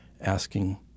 asking